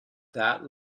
that